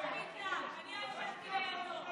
לא נדלק, אני ישבתי לידו.